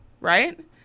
right